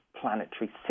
planetary